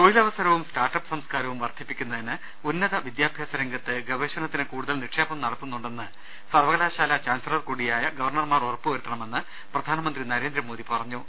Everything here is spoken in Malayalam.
തൊഴിലവസരവും സ്റ്റാർട്ട് അപ് സംസ്കാരവും വർദ്ധിപ്പിക്കുന്നതിന് ഉന്നതവിദ്യാഭ്യാസ രംഗത്ത് ഗവേഷണത്തിന് കൂടുതൽ നിക്ഷേപം നട ത്തുന്നുണ്ടെന്ന് സർവകലാശാലാ ചാൻസലർകൂടിയായ ഗവർണർമാർ ഉറ പ്പുവരുത്തണമെന്ന് പ്രധാനമന്ത്രി നരേന്ദ്രമോദി പറഞ്ഞു